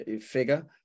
figure